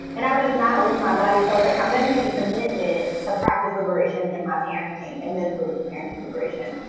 and i was just not living my value. felt like i'm going to make a commitment to practice liberation and my parenting. and then boom and celebration.